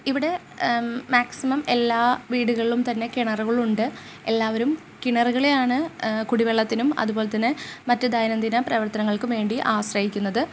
ഇവിടെ മാക്സിമം എല്ലാ വീടുകളിലും തന്നെ കിണറുകളുണ്ട് എല്ലാവരും കിണറുകളെയാണ് കുടിവെള്ളത്തിനും അതുപോലെ തന്നെ മറ്റു ദൈന്യദിന പ്രവർത്തനങ്ങൾക്കും വേണ്ടി ആശ്രയിക്കുന്നത്